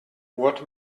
what